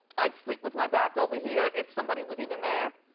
i'd sleep with my back over here. if somebody was even there.